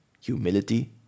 humility